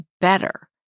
better